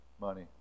money